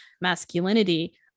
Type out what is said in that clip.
masculinity